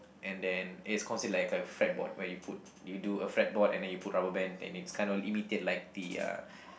and then it consist like a fretboard where you put you do a fretboard and you put rubber band and it's kind of imitate like the uh